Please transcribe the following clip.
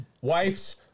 wife's